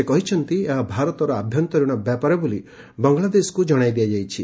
ସେ କହିଛନ୍ତି ଏହା ଭାରତର ଆଭ୍ୟନ୍ତରିଣ ବ୍ୟାପାର ବୋଲି ବାଙ୍ଗଳାଦେଶକୁ ଜଣାଇ ଦିଆଯାଇଛି